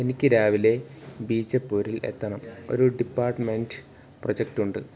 എനിക്ക് രാവിലെ ബീജാപ്പൂരിൽ എത്തണം ഒരു ഡിപ്പാർട്ട്മെന്റ് പ്രൊജക്റ്റുണ്ട്